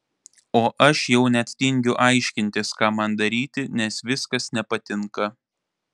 o aš jau net tingiu aiškintis ką man daryti nes viskas nepatinka